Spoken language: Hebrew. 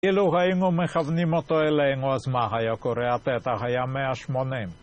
‫אילו היינו מכוונים אותו אלינו, ‫אז מה היה קורה? ‫הפתח היה 180.